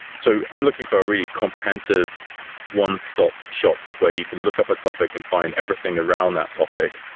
so, i'm looking for a really comprehensive one stop shop where you can look up a topic and find everything around that topic,